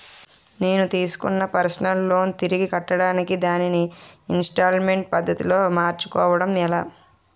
నేను తిస్కున్న personal loan తిరిగి కట్టడానికి దానిని ఇంస్తాల్మేంట్ పద్ధతి లో మార్చుకోవడం ఎలా?